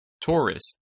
Tourist